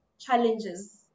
challenges